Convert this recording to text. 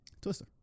Twister